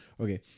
okay